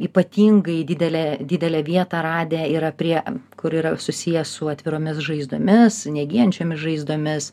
ypatingai didelę didelę vietą radę yra prie kur yra susiję su atviromis žaizdomis negyjančiomis žaizdomis